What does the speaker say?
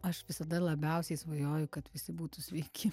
aš visada labiausiai svajoju kad visi būtų sveiki